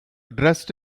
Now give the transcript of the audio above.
dressed